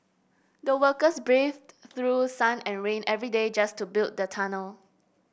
the workers braved through sun and rain every day just to build the tunnel